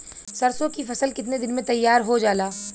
सरसों की फसल कितने दिन में तैयार हो जाला?